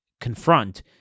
confront